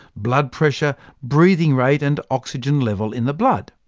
blood pressure, breathing rate, and oxygen level in the blood.